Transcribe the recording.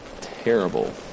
terrible